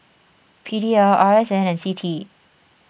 P D L R S N and C T E